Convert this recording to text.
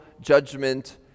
judgment